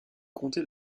comté